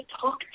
talk